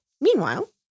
Meanwhile